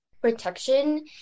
protection